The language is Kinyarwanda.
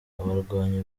abarwanyi